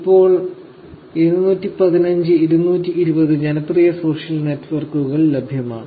ഇപ്പോൾ 215 220 ജനപ്രിയ സോഷ്യൽ നെറ്റ്വർക്കുകൾ ലഭ്യമാണ്